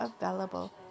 available